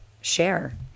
share